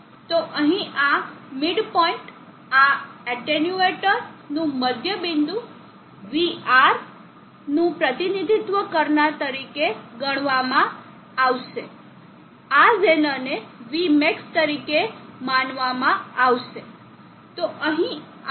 તો અહીં આ મિડપોઇન્ટ આ એટન્યુએટર નું મધ્યબિંદુ vB નું પ્રતિનિધિત્વ કરનાર તરીકે ગણવામાં આવશે અને આ ઝેનરને vmax તરીકે માનવામાં આવશે